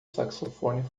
saxofone